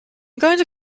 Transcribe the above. going